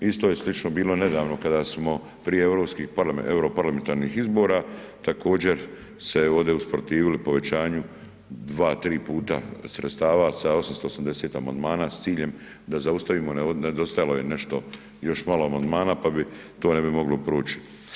Isto je slično bilo nedavno kada smo prije europarlamentarnih izbora također se ovdje usprotivili povećanju dva, tri puta sredstava sa 880 amandmana s ciljem da zaustavimo, nedostajalo je nešto još malo amandmana pa to ne bi moglo proć.